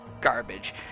garbage